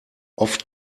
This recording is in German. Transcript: oft